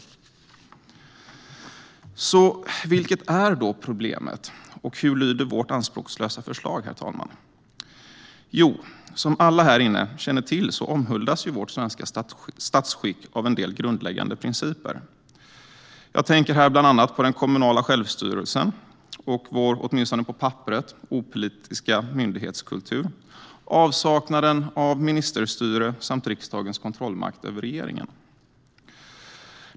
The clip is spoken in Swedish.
Herr talman! Vilket är då problemet, och hur lyder vårt anspråkslösa förslag? Jo, som alla här inne känner till omhuldas vårt svenska statsskick av en del grundläggande principer. Jag tänker här bland annat på den kommunala självstyrelsen och vår, åtminstone på papperet, opolitiska myndighetskultur, avsaknaden av ministerstyre samt riksdagens kontrollmakt över regeringen.